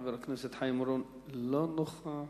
חבר הכנסת חיים אורון, לא נוכח.